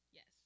Yes